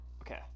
Okay